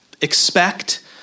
expect